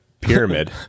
pyramid